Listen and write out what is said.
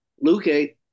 Luke